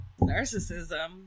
Narcissism